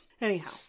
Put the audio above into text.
anyhow